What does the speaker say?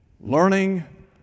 Learning